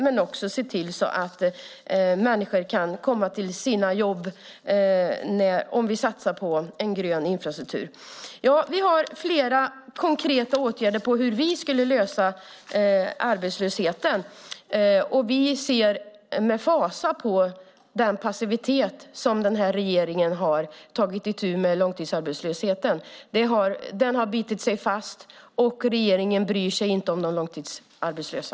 Men det handlar också om att se till att människor kan komma till sina jobb, om vi satsar på en grön infrastruktur. Ja, vi har flera konkreta förslag om hur vi skulle lösa problemet med arbetslösheten. Vi ser med fasa på hur passivt den här regeringen har tagit itu med långtidsarbetslösheten. Långtidsarbetslösheten har bitit sig fast, och regeringen bryr sig inte om de långtidsarbetslösa.